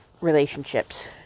relationships